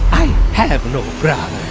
i have no brother.